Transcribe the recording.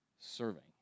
serving